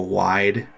wide